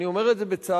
אני אומר את זה בצער,